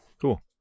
cool